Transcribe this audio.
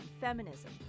feminism